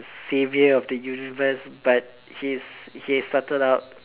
saviour of the universe but he's he started out